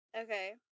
Okay